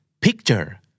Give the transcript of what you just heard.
Picture